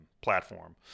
platform